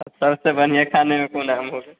सबसे बढ़िया खाने में कौन आम होगा